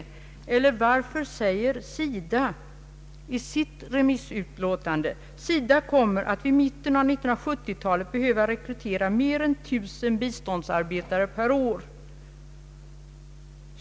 SIDA säger i sitt yttrande: ”SIDA kommer att vid mitten av 1970-talet behöva rekrytera mer än 1000 biståndsarbetare per år.